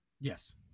Yes